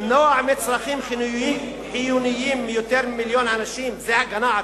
למנוע מצרכים חיוניים מיותר ממיליון אנשים זה הגנה עצמית?